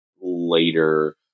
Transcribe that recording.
later